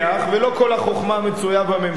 ולא כל החוכמה מצויה בממשלה,